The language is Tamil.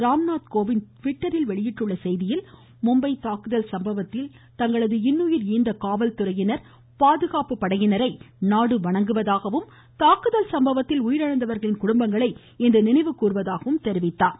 ராம்நாத் கோவிந்த் ட்விட்டரில் வெளியிட்டுள்ள செய்தியில் மும்பை தாக்குதல் சம்பவத்தில் தங்களது இன்னுயிர் ஈந்த காவல்துறையின் மற்றும் பாதுகாப்பு படையினரை நாடு வணங்குவதாகவும் தாக்குதல் சம்பவத்தில் உயிரிழந்தவர்களின் குடும்பங்களை நினைவுகூ்வதாகவும் இன்று தெரிவித்தார்